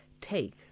take